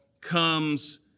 comes